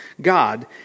God